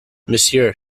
monsieur